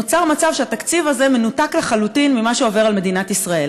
נוצר מצב שהתקציב הזה מנותק לחלוטין ממה שעובר על מדינת ישראל.